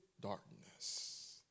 darkness